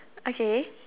okay